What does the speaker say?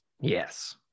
Yes